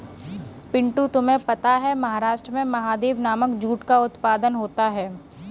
पिंटू तुम्हें पता है महाराष्ट्र में महादेव नामक जूट का उत्पादन होता है